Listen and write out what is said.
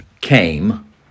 came